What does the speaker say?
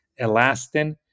elastin